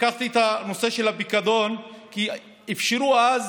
לקחתי את הנושא של הפיקדון, כי אפשרו אז